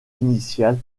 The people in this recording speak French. initiale